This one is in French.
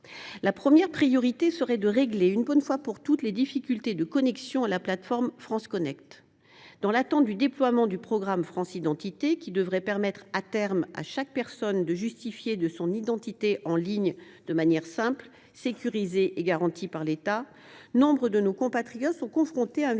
La première priorité serait de régler une bonne fois pour toutes les difficultés de connexion à la plateforme FranceConnect. Dans l’attente du déploiement du programme France Identité, qui devrait permettre à terme à chaque personne de justifier de son identité en ligne de manière simple, sécurisée et garantie par l’État, nombre de nos compatriotes sont confrontés à un